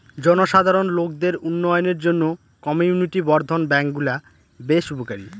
জনসাধারণ লোকদের উন্নয়নের জন্য কমিউনিটি বর্ধন ব্যাঙ্কগুলা বেশ উপকারী